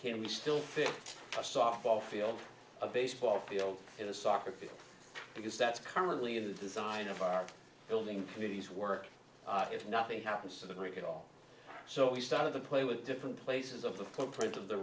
can we still fix a softball field a baseball field in a soccer field because that's currently the design of our building committee's work if nothing happens to the grid at all so we started to play with different places of the footprint of the